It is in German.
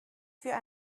für